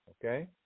Okay